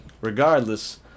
regardless